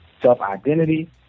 Self-identity